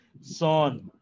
Son